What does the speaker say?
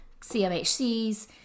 CMHCs